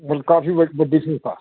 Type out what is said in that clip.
ਕਾਫ਼ੀ ਵੱ ਵੱਡੀ ਸੰਸਥਾ